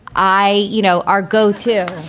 i you know, our go to.